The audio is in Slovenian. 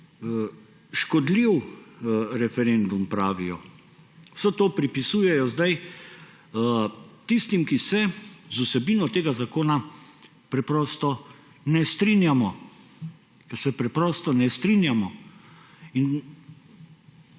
škodljiv referendum, pravijo. Vse to pripisujejo zdaj tistim, ki se z vsebino tega zakona preprosto ne strinjamo.